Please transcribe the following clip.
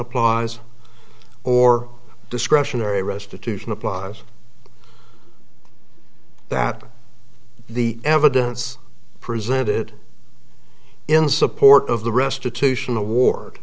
applies or discretionary restitution applies that the evidence presented in support of the restitution award